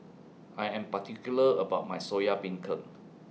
I Am particular about My Soya Beancurd